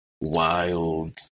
wild